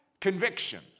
Conviction